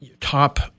top